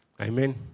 Amen